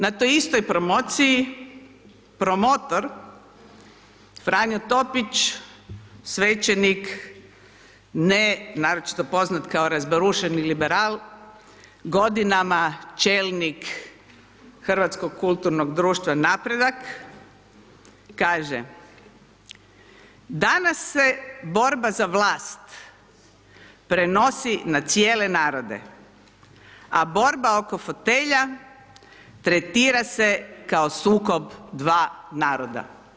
Na toj istoj promociji, promotor Franjo Topić, svećenik, ne, naročito poznat kao razbarušeni liberal, godinama čelnik Hrvatskog kulturnog društva Napredak kaže, danas se borba za vlast prenosi na cijele narode, a borba oko fotelja tretira se kao sukob dva naroda.